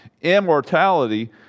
immortality